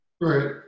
Right